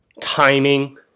timing